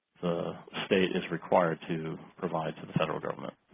the state is required to provide to the federal government